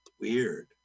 weird